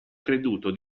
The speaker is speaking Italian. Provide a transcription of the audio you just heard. creduto